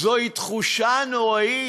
זוהי תחושה נוראית.